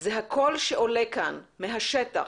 זה הקול שעולה כאן מהשטח,